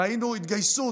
ראינו התגייסות,